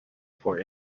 for